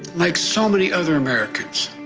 like so many other americans.